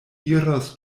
iros